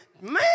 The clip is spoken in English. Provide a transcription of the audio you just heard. Man